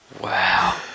Wow